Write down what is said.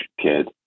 kid